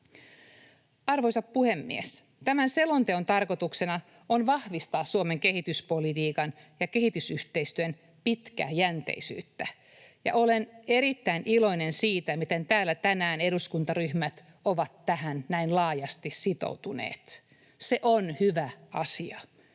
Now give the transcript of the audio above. Arvoisa puhemies! Tämän selonteon tarkoituksena on vahvistaa Suomen kehityspolitiikan ja kehitysyhteistyön pitkäjänteisyyttä, ja olen erittäin iloinen siitä, miten täällä tänään eduskuntaryhmät ovat tähän näin laajasti sitoutuneet. Se on hyvä asia.